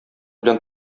белән